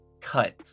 cut